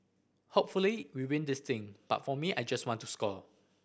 hopefully we win this thing but for me I just want to score